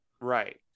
Right